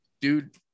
Dude